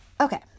Okay